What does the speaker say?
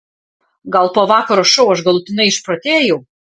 gal po vakaro šou aš galutinai išprotėjau